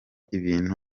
ibintu